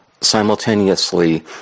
simultaneously